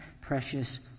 precious